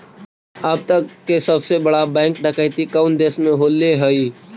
अब तक के सबसे बड़ा बैंक डकैती कउन देश में होले हइ?